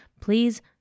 please